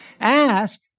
Ask